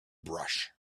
brush